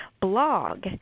blog